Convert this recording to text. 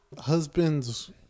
husband's